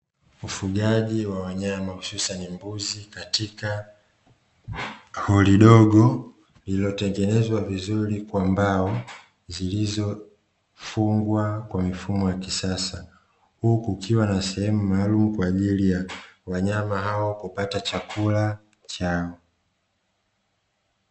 Ufugaji wa wanyama hususani mbuzi katika holi dogo lililotengenezwa vizuri kwa mbao zilizo fungwa kwa mifumo ya kisasa, huku ukiwa na sehemu maalumu kwa ajili ya wanyama hao kupata chakula chao.